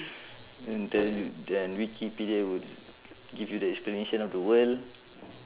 and then then wikipedia would give you the explanation of the world